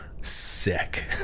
sick